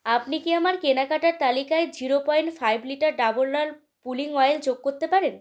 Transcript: আপনি কি আমার কেনাকাটার তালিকায় zero point five litre Dabur লাল পুলিং অয়েল যোগ করতে পারেন